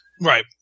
Right